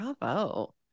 Bravo